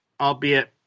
albeit